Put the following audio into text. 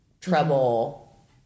trouble